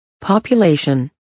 Population